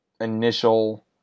initial